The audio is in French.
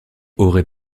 aurait